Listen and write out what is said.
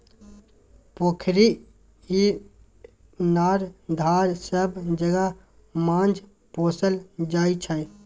पोखरि, इनार, धार सब जगह माछ पोसल जाइ छै